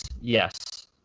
yes